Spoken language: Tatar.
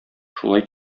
шулай